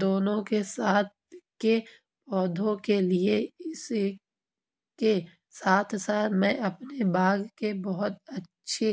دونوں کے ساتھ کے پودوں کے لیے اسی کے ساتھ ساتھ میں اپنے باغ کے بہت اچھے